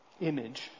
image